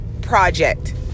project